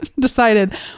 decided